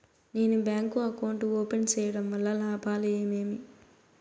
నేను bank account open సేయడం వల్ల లాభాలు ఏమేమి?